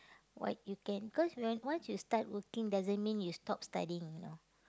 what you can cause when once you start working doesn't mean you stop studying you know